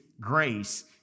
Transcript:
grace